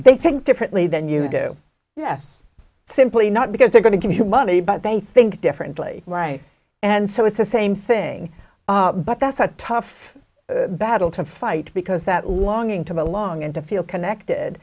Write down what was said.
they think differently than you do yes simply not because they're going to give you money but they think differently right and so it's the same thing but that's a tough battle to fight because that longing to belong and to feel connected